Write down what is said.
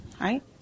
right